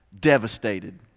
devastated